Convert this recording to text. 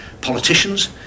politicians